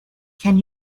can